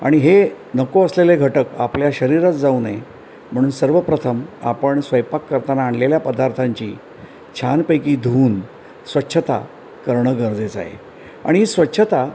आणि हे नको असलेले घटक आपल्या शरीरात जाऊ नये म्हणून सर्वप्रथम आपण स्वयंपाक करताना आणलेल्या पदार्थांची छानपैकी धुवून स्वच्छता करणं गरजेचं आहे आणि ही स्वच्छता